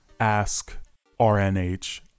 askrnh